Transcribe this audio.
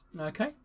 Okay